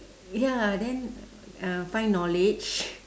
ya then uh find knowledge